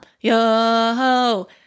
yo